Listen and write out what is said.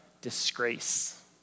disgrace